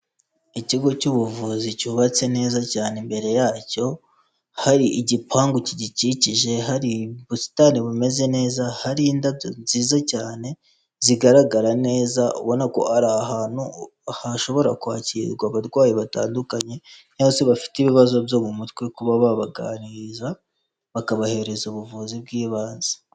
Ikigo cy'ubuvuzi cyubatse neza cyane, imbere yacyo hari igipangu kigikikije, hari busitani bumeze neza, hari indabyo nziza cyane zigaragara neza ubona ko ari ahantu hashobora kwakirirwa abarwayi batandukanye cyangwa se bafite ibibazo byo mu mutwe kuba babaganiriza bakabahereza ubuvuzi bw'ibanze.